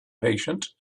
patient